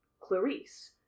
Clarice